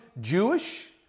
Jewish